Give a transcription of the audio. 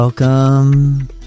Welcome